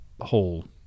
whole